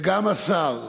וגם השר,